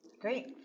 Great